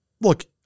Look